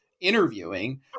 interviewing